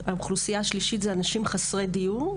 האוכלוסייה השלישית זה אנשים חסרי דיור,